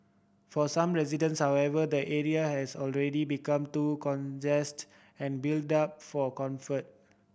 for some residents however the area has already become too congest and built up for comfort